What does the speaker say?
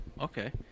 Okay